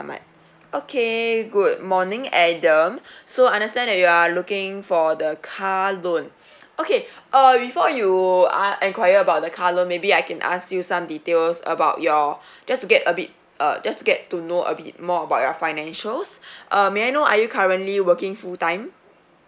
ahmad okay good morning adam so I understand that you are looking for the car loan okay uh before you uh enquiry about the car loan maybe I can ask you some details about your just to get a bit err just get to know a bit more about your financials uh may I know are you currently working full time